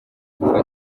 gufata